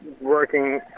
working